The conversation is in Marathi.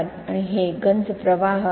आणि हे गंज प्रवाह आहे